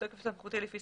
בתוקף סמכותי לפי